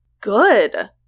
Good